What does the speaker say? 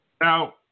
Now